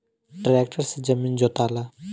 tractor से जमीन जोताला